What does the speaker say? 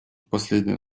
последнее